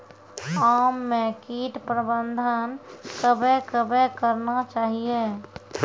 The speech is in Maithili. आम मे कीट प्रबंधन कबे कबे करना चाहिए?